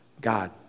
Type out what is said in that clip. God